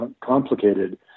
complicated